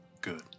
Good